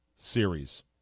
series